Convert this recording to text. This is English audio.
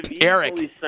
Eric